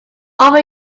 offer